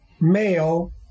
male